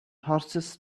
horses